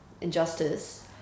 injustice